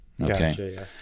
Okay